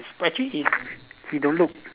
but actually he he don't look